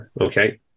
Okay